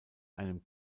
einem